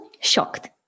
shocked